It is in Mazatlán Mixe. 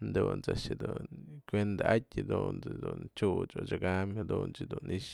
jadun a'ax dun kuenda'atyë jadun a'ax dun xyuchë edyëka'am jadun dun ni'ix.